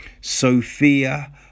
Sophia